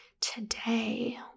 today